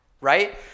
right